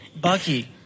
Bucky